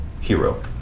hero